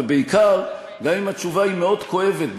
ובעיקר גם אם התשובה היא מאוד כואבת,